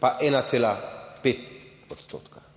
pa 1,5 odstotka.